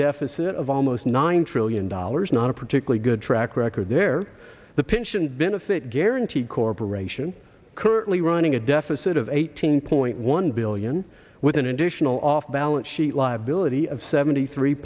deficit of almost nine trillion dollars not a particularly good track record there the pension benefit guaranty corporation currently running a deficit of eighteen point one billion with an additional off balance sheet liability of seventy three